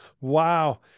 Wow